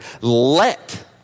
Let